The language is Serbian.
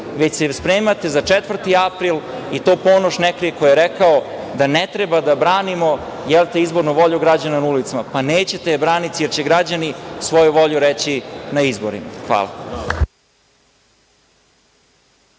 već se spremate za 4. april i to Ponoš ne krije, koji je rekao da ne treba da branimo izbornu volju građana na ulicama. Pa nećete je braniti, jer će građani svoju volju reći na izborima. Hvala.